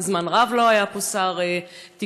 זמן רב לא היה פה שר תקשורת.